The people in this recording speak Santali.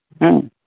ᱦᱮᱸ